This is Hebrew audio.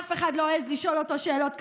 אף אחד לא העז לשאול אותו שאלות קשות.